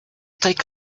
take